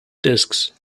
discs